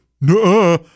no